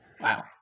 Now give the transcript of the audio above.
Wow